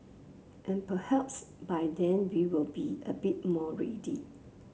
and perhaps by then we will be a bit more ready